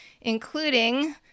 including